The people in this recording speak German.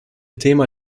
thema